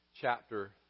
chapter